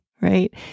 right